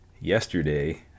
yesterday